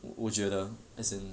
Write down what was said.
我觉得 as in